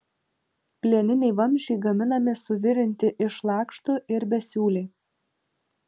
plieniniai vamzdžiai gaminami suvirinti iš lakštų ir besiūliai